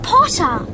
Potter